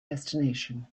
destination